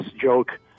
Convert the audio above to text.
joke